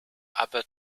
aber